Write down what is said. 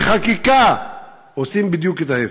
בחקיקה עושים בדיוק את ההפך.